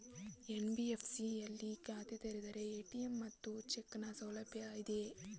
NBFC ಯಲ್ಲಿ ಖಾತೆ ತೆರೆದರೆ ಎ.ಟಿ.ಎಂ ಮತ್ತು ಚೆಕ್ ನ ಸೌಲಭ್ಯ ಇದೆಯಾ?